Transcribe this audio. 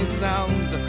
sound